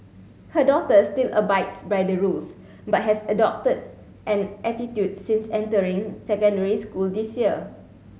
her daughter still abides by the rules but has adopted an attitude since entering secondary school this year